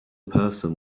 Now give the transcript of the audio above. person